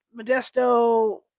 modesto